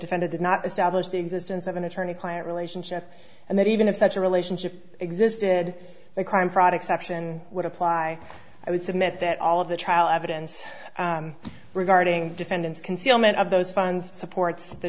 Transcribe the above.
defended did not establish the existence of an attorney client relationship and that even if such a relationship existed the crime fraud exception would apply i would submit that all of the trial evidence regarding defendant's concealment of those funds supports the